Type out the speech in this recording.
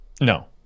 No